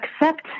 accept